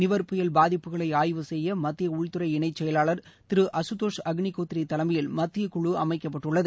நிவர் புயல் பாதிப்புகளை ஆய்வு செய்ய மத்திய உள்துறை இணை செயலாளர் திரு அசுதோஷ் அக்னிஹோத்ரி தலைமையில் மத்தியக்குழு அமைக்கப்பட்டுள்ளது